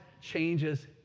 changes